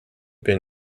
been